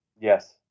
Yes